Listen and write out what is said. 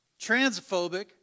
transphobic